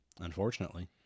unfortunately